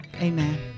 Amen